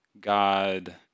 God